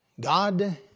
God